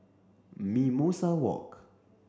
Mimosa Walk